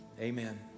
Amen